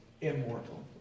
immortal